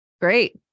great